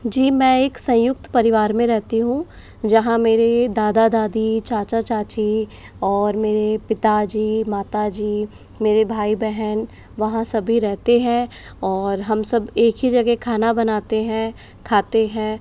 जी मैं एक संयुक्त परिवार में रहती हूँ जहाँ मेरी दादा दादी चाचा चाची और मेरे पिता जी माता जी मेरे भाई बहन वहाँ सभी रहते हैं और हम सब एक ही जगह खाना बनाते हैं खाते हैं